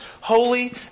holy